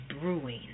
brewing